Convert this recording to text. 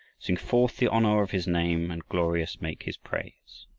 sing forth the honor of his name, and glorious make his praise!